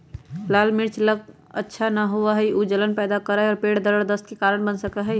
लाल मिर्च सब ला अच्छा न होबा हई ऊ जलन पैदा करा हई और पेट दर्द और दस्त के कारण बन सका हई